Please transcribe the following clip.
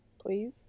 Please